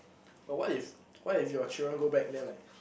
but what if what if your children go back then like